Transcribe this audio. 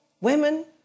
women